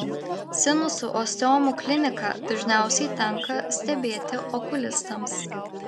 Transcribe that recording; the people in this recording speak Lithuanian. sinusų osteomų kliniką dažniausiai tenka stebėti okulistams